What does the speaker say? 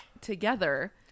together